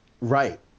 Right